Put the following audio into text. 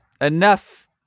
enough